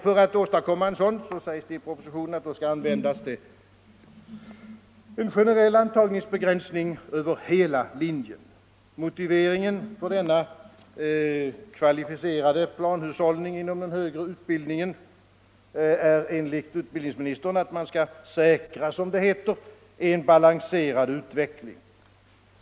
För att åstadkomma en sådan sägs i propositionen att en generell antagningsbegränsning skall användas över hela linjen. Motiveringen för denna kvalificerade planhushållning inom den högre utbildningen är enligt utbildningsministern att man skall säkra, såsom det heter, en balanserad utveckling.